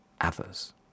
others